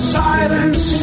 silence